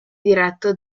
diretto